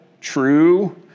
true